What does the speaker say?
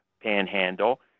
panhandle